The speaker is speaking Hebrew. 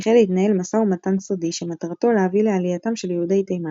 החל להתנהל משא ומתן סודי שמטרתו להביא לעלייתם של יהודי תימן,